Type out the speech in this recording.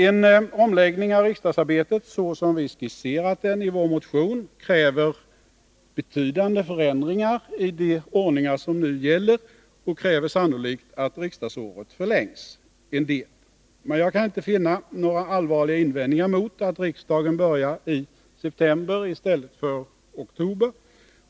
En omläggning av riksdagsarbetet så som vi har skisserat den i vår motion kräver betydande förändringar i gällande ordning och sannolikt också att riksdagsåret förlängs något. Men jag kan inte finna några allvarligare invändningar mot att riksdagen börjar i september i stället för i oktober.